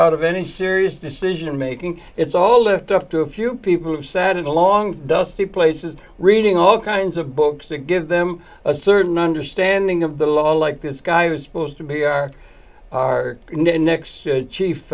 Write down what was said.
out of any serious decision making it's all left up to a few people have sat in a long dusty places reading all kinds of books that give them a certain understanding of the law like this guy was posed to be our our next chief